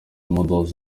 models